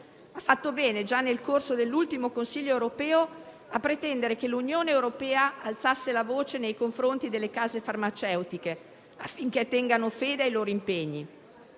Ha fatto bene, già nel corso dell'ultimo Consiglio europeo, a pretendere che l'Unione europea alzasse la voce nei confronti delle case farmaceutiche, affinché tengano fede ai loro impegni,